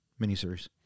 miniseries